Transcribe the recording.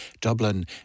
Dublin